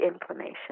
inflammation